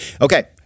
Okay